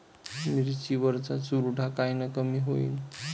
मिरची वरचा चुरडा कायनं कमी होईन?